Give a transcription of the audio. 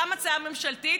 שם הצעה ממשלתית,